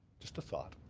just a thought.